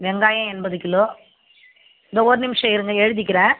வெங்காயம் எண்பது கிலோ இதோ ஒரு நிமிஷம் இருங்கள் எழுதிக்கிறேன்